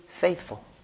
faithful